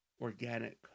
organic